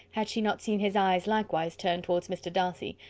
had she not seen his eyes likewise turned towards mr. darcy,